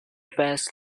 fast